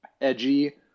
edgy